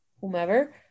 whomever